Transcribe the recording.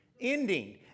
ending